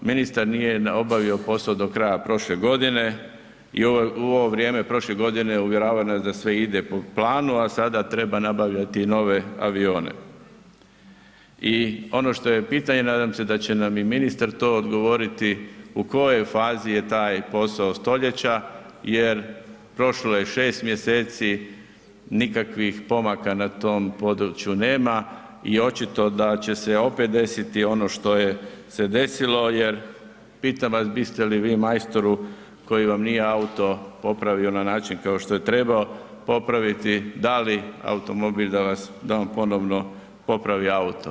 Ministar nije obavio posao do kraja prošle godine i u ovo vrijeme prošle godine uvjeravao nas da sve ide po planu, a sada treba nabavljati nove avione i ono što je pitanje, nadam se da će nam i ministar to odgovoriti, u kojoj fazi je taj posao stoljeća jer prošlo je 6 mjeseci, nikakvih pomaka na tom području nema i očito da će se opet desiti ono što je se desilo jer, pitam vas, biste li vi majstoru koji vam nije auto popravio na način kao što je trebao popraviti, dali automobil da vam ponovno popravi auto?